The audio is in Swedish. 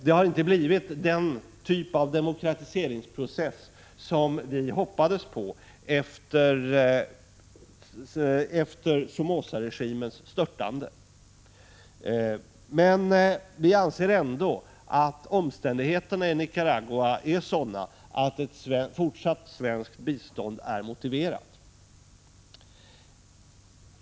Det har inte blivit den typ av demokratiseringsprocess som vi hoppades på efter Somozaregimens störtande. Men vi anser ändå att omständigheterna i Nicaragua är sådana att ett fortsatt svenskt bistånd är motiverat.